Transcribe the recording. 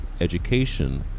education